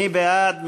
מי בעד?